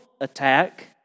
attack